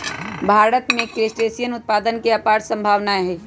भारत में क्रस्टेशियन उत्पादन के अपार सम्भावनाएँ हई